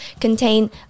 contain